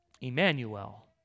Emmanuel